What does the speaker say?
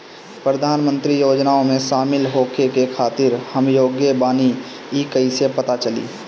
प्रधान मंत्री योजनओं में शामिल होखे के खातिर हम योग्य बानी ई कईसे पता चली?